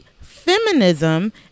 feminism